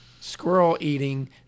Squirrel-eating